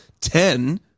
Ten